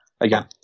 again